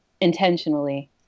intentionally